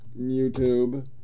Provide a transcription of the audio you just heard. YouTube